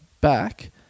back